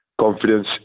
confidence